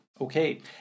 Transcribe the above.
Okay